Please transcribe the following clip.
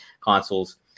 consoles